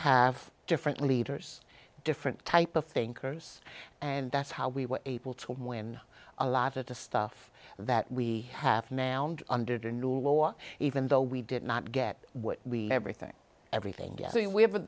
have different leaders different type of thinkers and that's how we were able to win a lot of the stuff that we have now and under the new law even though we did not get what we everything